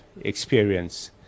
experience